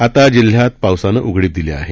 आता जिल्ह्यात पावसानं उघडीप दिली आहे